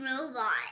robot